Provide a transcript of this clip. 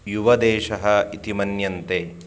युवदेशः इति मन्यन्ते